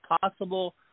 possible